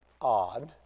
Odd